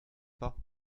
pas